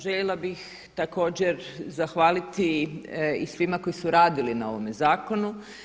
Željela bih također zahvaliti i svima koji su radili na ovome zakonu.